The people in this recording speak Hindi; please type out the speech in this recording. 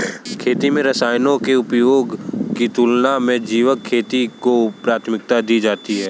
खेती में रसायनों के उपयोग की तुलना में जैविक खेती को प्राथमिकता दी जाती है